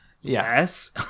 Yes